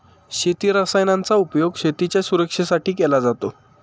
शेती रसायनांचा उपयोग शेतीच्या सुरक्षेसाठी केला जातो